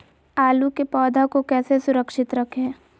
आलू के पौधा को कैसे सुरक्षित रखें?